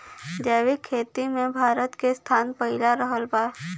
जैविक खेती मे भारत के स्थान पहिला रहल बा